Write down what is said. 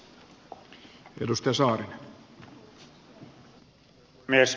arvoisa puhemies